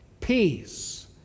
Peace